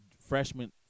freshman –